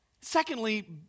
Secondly